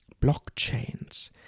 blockchains